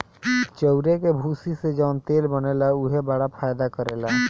चाउरे के भूसी से जवन तेल बनेला उहो बड़ा फायदा करेला